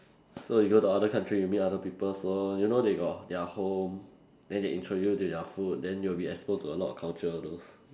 so we go to other country we meet other people so you know they got their home then they introduce to their food then you'll be exposed to a lot of culture all those